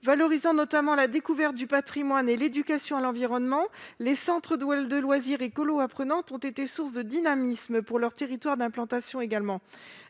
Valorisant notamment la découverte du patrimoine et l'éducation à l'environnement, les centres de loisirs et les colos apprenantes ont été sources de dynamisme pour leurs territoires d'implantation.